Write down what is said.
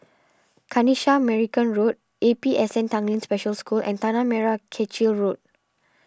Kanisha Marican Road A P S N Tanglin Special School and Tanah Merah Kechil Road